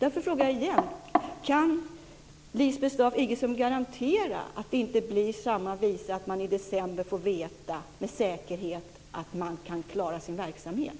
Därför vill jag åter ställa frågan: Kan Lisbeth Staaf-Igelström garantera att det inte blir samma visa att man i december får veta med säkerhet att man kan klara sin verksamhet?